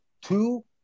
two